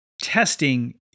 testing